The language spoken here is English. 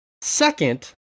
Second